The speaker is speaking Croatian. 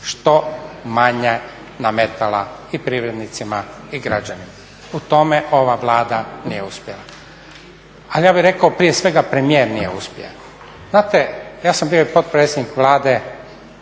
što manja nametala i privrednicima i građanima u tome ova Vlada nije uspjela. Ali ja bih rekao prije svega premijer nije uspio. Znate ja sam bio i potpredsjednik Vlade